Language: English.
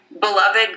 beloved